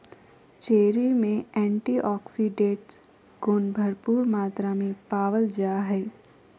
cherry में antioxidants गुण भरपूर मात्रा में पावल जा हइ